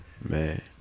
Man